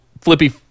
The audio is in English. flippy